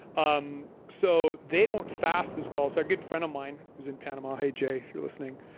um so they don't fast as well, so a good friend of mine who is in panama. hey, jay, if you're listening,